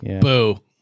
Boo